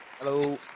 Hello